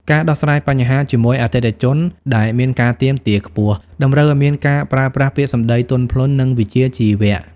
ការដោះស្រាយបញ្ហាជាមួយអតិថិជនដែលមានការទាមទារខ្ពស់ តម្រូវឱ្យមានការប្រើប្រាស់ពាក្យសម្ដីទន់ភ្លន់ និងវិជ្ជាជីវៈ។